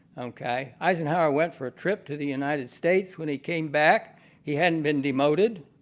okay? eisenhower went for a trip to the united states, when he came back he hadn't been demoted,